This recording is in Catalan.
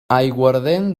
aiguardent